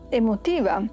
emotiva